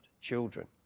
children